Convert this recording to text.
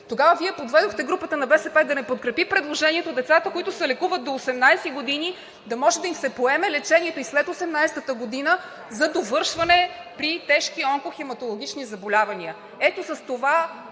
Тогава Вие подведохте групата на БСП да не подкрепи предложението на децата, които се лекуват до 18 години, да може да им се поеме лечението и след 18-тата година за довършване при тежки онкохематологични заболявания. Ето с това